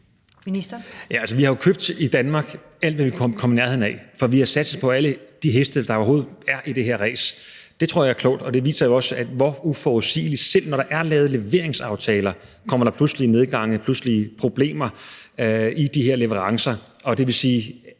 Danmark købt alt, hvad vi har kunnet komme i nærheden af, for vi har satset på alle de heste, der overhovedet er i det her ræs. Det tror jeg er klogt. Og det viste sig jo også, hvor uforudsigelig det er, altså at selv når der er lavet leveringsaftaler, kommer der pludselige nedgange, pludselig problemer med de her leverancer. Og det vil sige,